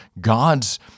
God's